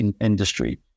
industry